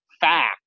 fact